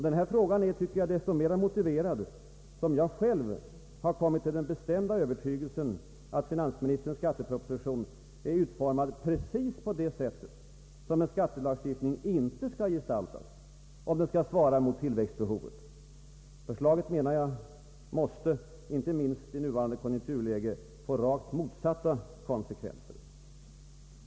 Denna fråga är, tycker jag, desto mera motiverad som jag själv har kommit till den bestämda övertygelsen att finansministerns skatteproposition är utformad precis på det sätt en skattelagstiftning inte skall gestaltas, om den skall svara mot tillväxtbehovet. Enligt min mening måste förslaget inte minst i nuvarande konjunkturläge få rakt motsatta konsekvenser.